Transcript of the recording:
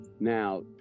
Now